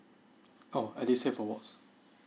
oh edu save awards